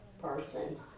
person